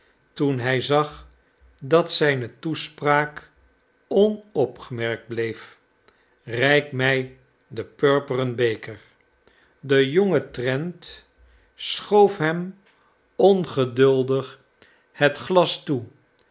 toen hij zag dat zijne toespraak onopgemerkt bleef reik mij den purperen beker de jonge trent schoof hem ongeduldig het glas toe